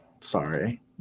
Sorry